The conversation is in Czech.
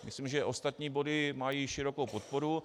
Myslím, že ostatní body mají širokou podporu.